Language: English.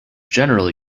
generally